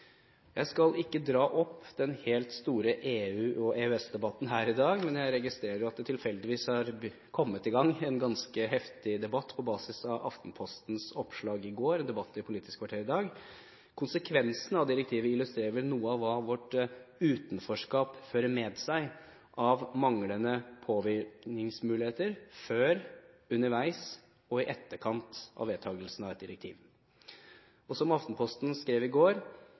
Jeg skal ikke dra opp den helt store EU- og EØS-debatten her i dag, men jeg registrerer at det tilfeldigvis er kommet i gang en ganske heftig debatt på basis av Aftenpostens oppslag i går og debatt i Politisk kvarter i dag. Konsekvensene av direktivet illustrerer vel noe av hva vårt utenforskap fører med seg av manglende påvirkningsmuligheter før, underveis og i etterkant av vedtakelsen av et direktiv. Som Aftenposten skrev i går: